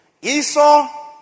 Esau